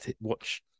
watch